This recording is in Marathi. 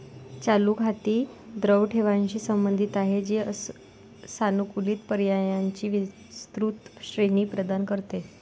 चालू खाती द्रव ठेवींशी संबंधित आहेत, जी सानुकूलित पर्यायांची विस्तृत श्रेणी प्रदान करते